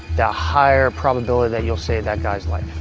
the higher probability that you will save that guy's life.